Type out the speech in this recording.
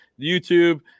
YouTube